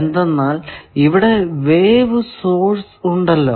എന്തെന്നാൽ ഇവിടെ wave source ഉണ്ടല്ലോ